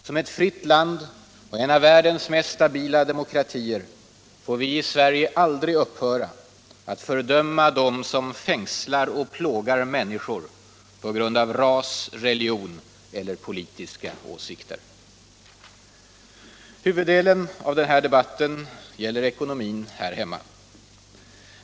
Som ett fritt land och en av världens mest stabila demokratier får vi i Sverige aldrig upphöra att fördöma dem som fängslar och plågar människor på grund av ras, religion eller politiska åsikter. Huvuddelen av denna debatt gäller ekonomin här hemma.